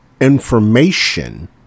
information